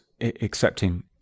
accepting